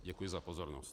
Děkuji za pozornost.